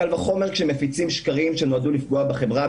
קל וחומר כשמפיצים שקרים שנועדו לפגוע בחברה,